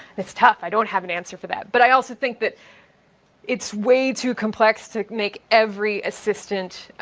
it's tough, i don't have an answer for that. but i also think that it's way too complex to make every assistant,